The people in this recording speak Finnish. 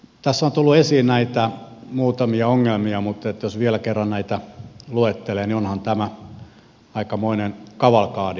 tässä on tullut esiin näitä muutamia ongelmia mutta jos vielä kerran näitä luettelee niin onhan tämä aikamoinen kavalkadi